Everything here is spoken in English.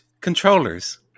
controllers